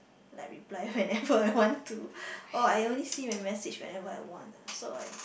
like reply whenever I want to or I only see my message whenever I want ah so I